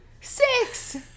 Six